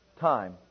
time